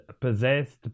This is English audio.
possessed